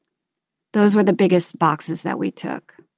those were the biggest boxes that we took.